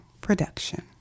production